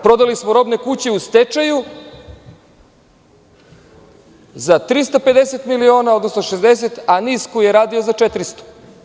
Prodali smo „Robne kuće“ u stečaju za 350 miliona, odnosno 60, a NIS koji je radio za 400.